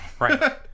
Right